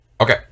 Okay